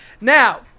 Now